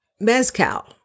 Mezcal